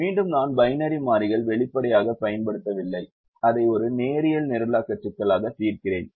மீண்டும் நான் பைனரி மாறிகள் வெளிப்படையாகப் பயன்படுத்தவில்லை அதை ஒரு நேரியல் நிரலாக்க சிக்கலாக தீர்க்கிறேன்